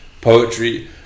poetry